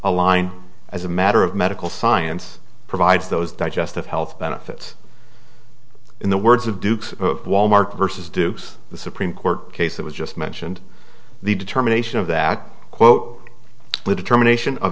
a line as a matter of medical science provides those digestive health benefits in the words of duke's wal mart versus duke's the supreme court case that was just mentioned the determination of that quote little terminations of